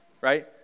right